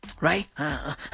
Right